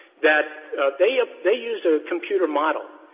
that they ah they use a computer model.